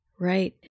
Right